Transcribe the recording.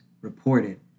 reported